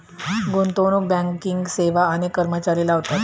गुंतवणूक बँकिंग सेवा अनेक कर्मचारी चालवतात